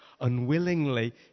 unwillingly